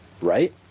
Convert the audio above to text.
right